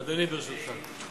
אדוני, ברשותך.